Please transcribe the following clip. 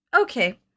Okay